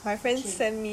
what is that